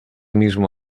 mismo